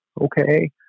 okay